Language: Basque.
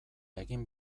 egin